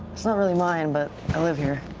it's not really mine, but i live here.